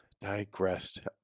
digressed